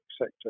sector